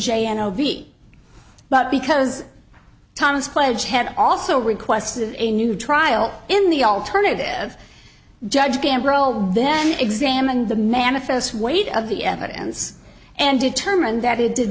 j n o v but because thomas pledged had also requested a new trial in the alternative judge gambro then examined the manifest weight of the evidence and determined that he did